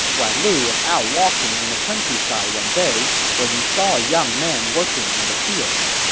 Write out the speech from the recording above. guan lu was out walking in the countryside one day when he saw a young man working in the fields.